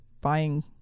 buying